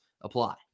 apply